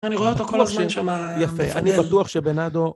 אני רואה אותך כל הזמן שם, יפה. אני בטוח שבנאדו...